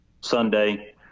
Sunday